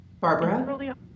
Barbara